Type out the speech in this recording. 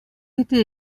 était